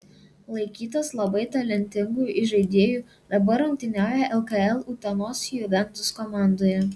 laikytas labai talentingu įžaidėju dabar rungtyniauja lkl utenos juventus komandoje